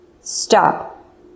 stop